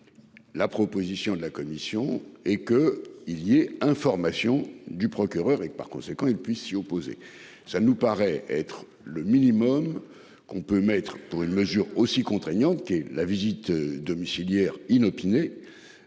La proposition de la Commission et que, il lui est information du procureur et que par conséquent il puisse s'y opposer. Ça nous paraît être le minimum qu'on peut mettre pour une mesure aussi contraignante qui est la visites domiciliaires inopinées.